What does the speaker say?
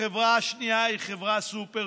החברה השנייה היא חברת סופרגום,